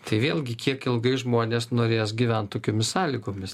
tai vėlgi kiek ilgai žmonės norės gyvent tokiomis sąlygomis